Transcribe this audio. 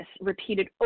repeated